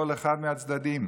כל אחד מהצדדים.